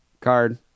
card